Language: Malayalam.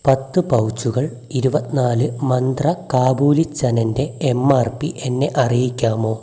പത്ത് പൗച്ചുകൾ ഇരുപത്തിനാല് മന്ത്ര കാബൂലി ചനന്റെ എം ആർ പി എന്നെ അറിയിക്കാമോ